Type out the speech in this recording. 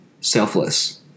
selfless